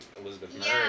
Elizabeth